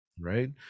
Right